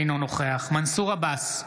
אינו נוכח מנסור עבאס,